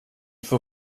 får